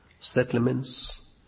Settlements